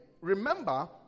Remember